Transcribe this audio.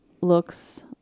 looks